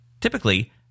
Typically